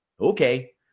okay